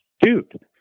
dude